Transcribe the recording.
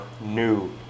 new